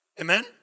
Amen